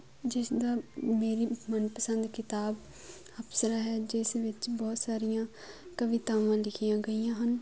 ਜਿਸ ਦਾ ਮੇਰੀ ਮਨਪਸੰਦ ਕਿਤਾਬ ਅਪਸਰਾ ਹੈ ਜਿਸ ਵਿੱਚ ਬਹੁਤ ਸਾਰੀਆਂ ਕਵਿਤਾਵਾਂ ਲਿਖੀਆਂ ਗਈਆਂ ਹਨ